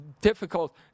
difficult